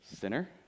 Sinner